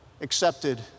accepted